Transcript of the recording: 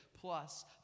plus